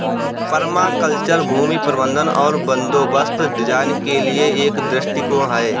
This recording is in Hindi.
पर्माकल्चर भूमि प्रबंधन और बंदोबस्त डिजाइन के लिए एक दृष्टिकोण है